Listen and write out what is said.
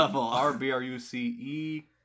r-b-r-u-c-e